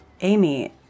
Amy